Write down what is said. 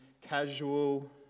casual